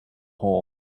hole